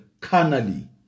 carnally